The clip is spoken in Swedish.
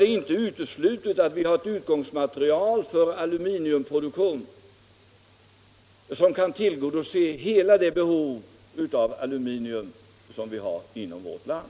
Det är inte uteslutet att vi har ett utgångsmaterial för aluminiumproduktion som tillgodoser hela det behov av aluminium som vi har inom vårt land.